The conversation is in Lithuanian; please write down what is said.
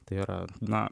tai yra na